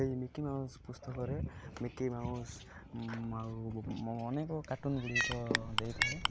ସେଇ Mickey Mouse ପୁସ୍ତକରେ Mickey Mouse ଆଉ ଅନେକ କାର୍ଟୁନ୍ ଗୁଡ଼ିକ ଦେଇଥାଏ